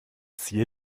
zier